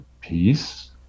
peace